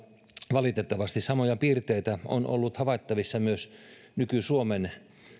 valitettavasti samoja piirteitä on on ollut havaittavissa myös nyky suomen